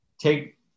take